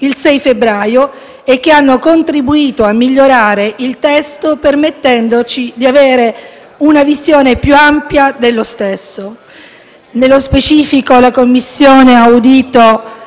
il 6 febbraio e che hanno contribuito a migliorare il testo, permettendoci di avere una visione più ampia dello stesso. Nello specifico, la Commissione ha audito